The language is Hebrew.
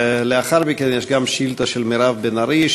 לאחר מכן יש גם שאילתה של מירב בן ארי,